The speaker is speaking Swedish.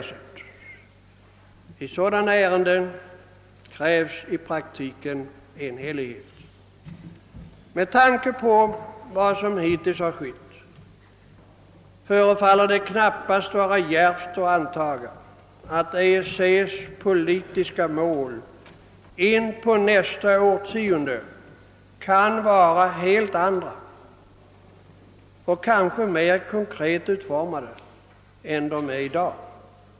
I sådana ärenden krävs i praktiken enhällighet. Med tanke på vad som hittills har skett förefaller det knappast vara djärvt att antaga att EEC:s politiska mål före nästa årtionde kan vara helt andra och kanske mer konkret utformade än de är i dag.